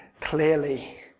clearly